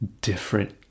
different